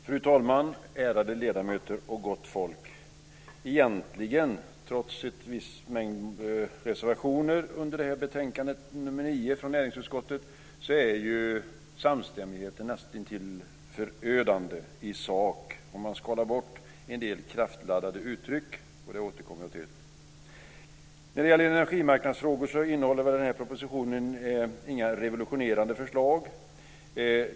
Fru talman! Ärade ledamöter och gott folk! Trots att det finns en mängd reservationer i näringsutskottets betänkande nr 9 är egentligen samstämmigheten näst intill förödande i sak, åtminstone om man skalar bort en del kraftladdade uttryck. Jag återkommer till det. När det gäller energimarknadsfrågor innehåller propositionen inga revolutionerande förslag.